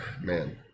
man